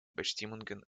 bestimmungen